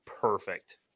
perfect